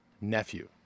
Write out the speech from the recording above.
nephew